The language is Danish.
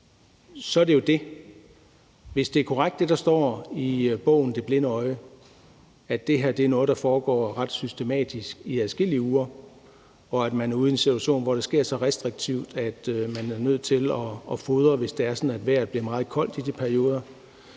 i bogen »Det blinde øje«, altså at det her er noget, der foregår ret systematisk i adskillige uger, og at man er ude i en situation, hvor det sker så restriktivt, at man er nødt til at fodre, hvis det er sådan, at vejret bliver meget koldt i de perioder,